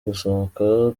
gusohoka